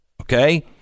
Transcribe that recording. Okay